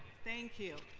thank you.